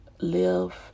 live